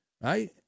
right